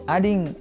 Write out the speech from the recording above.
Adding